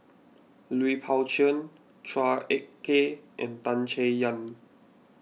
Lui Pao Chuen Chua Ek Kay and Tan Chay Yan